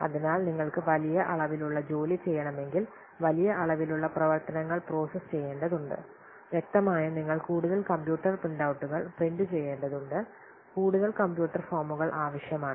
അതിനാൽ നിങ്ങൾക്ക് വലിയ അളവിലുള്ള ജോലി ചെയ്യണമെങ്കിൽ വലിയ അളവിലുള്ള പ്രവർത്തനങ്ങൾ പ്രോസസ്സ് ചെയ്യേണ്ടതുണ്ട് വ്യക്തമായും നിങ്ങൾ കൂടുതൽ കമ്പ്യൂട്ടർ പ്രിന്റഔട്ടുകൾ പ്രിന്റു ചെയ്യേണ്ടതുണ്ട് കൂടുതൽ കമ്പ്യൂട്ടർ ഫോമുകൾ ആവശ്യമാണ്